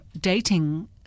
dating